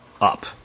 up